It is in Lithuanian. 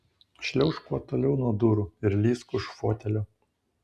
šliaužk kuo toliau nuo durų ir lįsk už fotelio